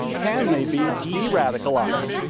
can they be de-radicalized?